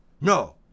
No